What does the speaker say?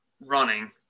running